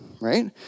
right